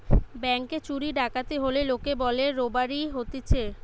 ব্যাংকে চুরি ডাকাতি হলে লোকে বলে রোবারি হতিছে